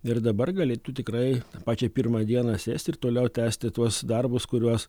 ir dabar galėtų tikrai pačią pirmą sėst ir toliau tęsti tuos darbus kuriuos